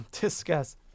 discuss